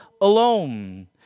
alone